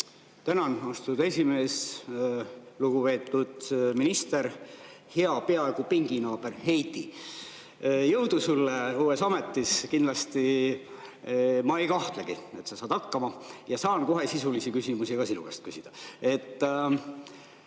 Tänan, austatud esimees. Lugupeetud minister, hea peaaegu pinginaaber Heidy! Jõudu sulle uues ametis! Ma ei kahtlegi, et sa saad hakkama. Saan kohe sisulisi küsimusi ka sinu käest küsida.